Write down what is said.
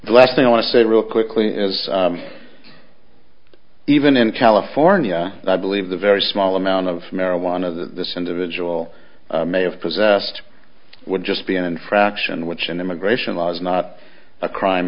the last thing i want to say real quickly is even in california i believe the very small amount of marijuana this individual may have possessed would just be an infraction which in immigration law is not a crime